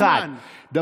1. תקצוב בזמן,